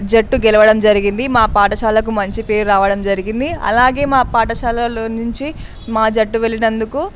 జట్టు గెలవడం జరిగింది మా పాఠశాలకు మంచి పేరు రావడం జరిగింది అలాగే మా పాఠశాలలో నుంచి మా జట్టు వెళ్ళినందుకు